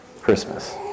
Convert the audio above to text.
Christmas